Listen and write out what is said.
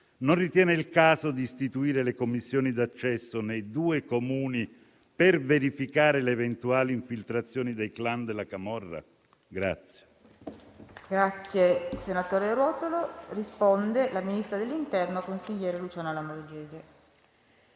non ritiene il caso di istituire le commissioni d'accesso nei due Comuni per verificare le eventuali infiltrazioni dei *clan* della camorra?